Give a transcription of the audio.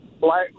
Black